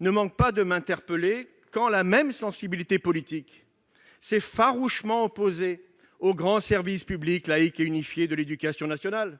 ne laisse pas de m'interpeller : la même sensibilité politique s'est farouchement opposée au grand service public laïque et unifié de l'éducation nationale